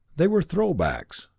they were throwbacks,